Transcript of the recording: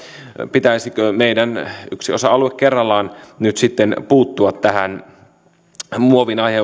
pitäisikö meidän yksi osa alue kerrallaan nyt sitten puuttua muovin